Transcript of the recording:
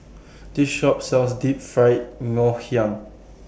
This Shop sells Deep Fried Ngoh Hiang